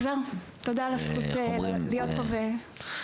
א"ת: זהו, תודה על הזכות להיות פה ולהשפיע.